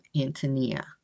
Antonia